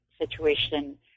situation